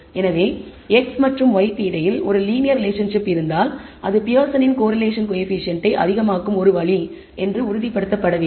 எனவே x மற்றும் y க்கு இடையில் ஒரு லீனியர் ரிலேஷன்ஷிப் இருந்தால் அது பியர்சனின் கோரிலேஷன் கோயபிசியன்ட்டை அதிகமாகும் ஒரு வழி என்று உறுதிப்படுத்தப்படவில்லை